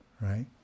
right